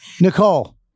Nicole